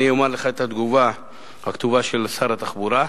אני אומר לך את התגובה הכתובה של שר התחבורה,